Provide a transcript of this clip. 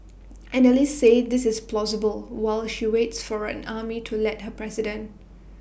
analysts say this is plausible while she waits for the army to let her be president